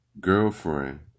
girlfriend